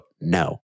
No